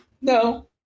No